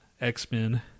X-Men